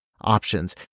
options